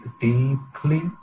deeply